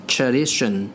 Tradition